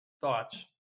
thoughts